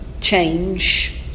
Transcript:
change